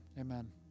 amen